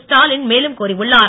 ஸ்டாலின் மேலும் கூறியுள்ளார்